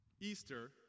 Easter